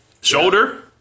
Shoulder